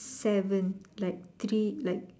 seven like three like